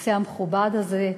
הכיסא המכובד הזה.